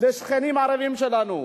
לשכנים הערבים שלנו,